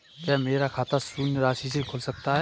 क्या मेरा खाता शून्य राशि से खुल सकता है?